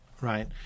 right